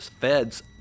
Fed's